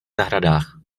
zahradách